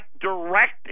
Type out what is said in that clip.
direct